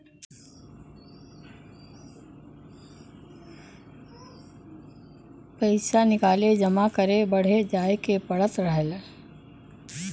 पइसा निकाले जमा करे बदे जाए के पड़त रहल